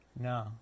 No